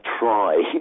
try